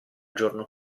giorno